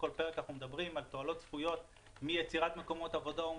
בכל פרק אנחנו מדברים על תועלות צפויות מיצירת מקומות עבודה ומחיסכון.